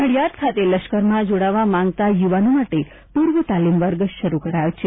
નડિયાદ ખાતે લશ્કરમાં જોડાવા માંગતા યુવાનો માટે પૂર્વ તાલીમ વર્ગ શરૂ થયો છે